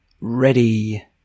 Ready